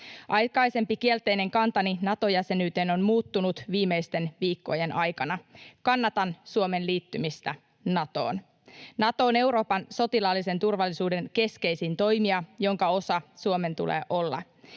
Aikaisempi kielteinen kantani Nato-jäsenyyteen on muuttunut viimeisten viikkojen aikana. Kannatan Suomen liittymistä Natoon. Nato on Euroopan sotilaallisen turvallisuuden keskeisin toimija, jonka osa Suomen tulee olla.